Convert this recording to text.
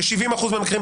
ב-70% מהמקרים,